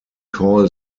call